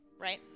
right